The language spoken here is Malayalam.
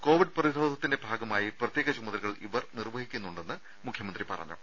കോവിഡ് പ്രതിരോധത്തിന്റെ ഭാഗമായി പ്രത്യേക ചുമതലകൾ ഇവർ നിർവ്വഹിക്കുന്നുണ്ടെന്ന് മുഖ്യമന്ത്രി പറഞ്ഞു